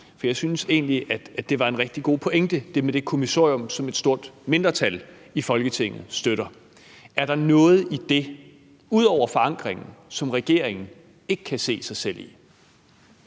for jeg synes egentlig, at det var en rigtig god pointe i forhold til det kommissorium, som et stort mindretal i Folketinget støtter. Er der noget i det, ud over forankringen, som regeringen ikke kan se sig selv i?